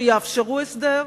שיאפשרו הסדר.